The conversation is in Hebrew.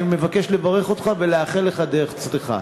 אני מבקש לברך אותך ולאחל לך דרך צלחה.